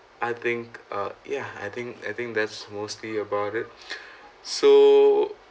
I think uh ya I think I think that's mostly about it so